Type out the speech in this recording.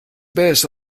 base